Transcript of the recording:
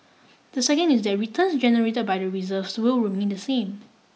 the second is that returns generated by the reserves will remain the same